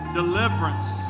deliverance